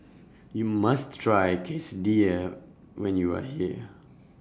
YOU must Try Quesadillas when YOU Are here